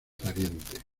pariente